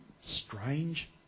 strange